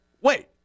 wait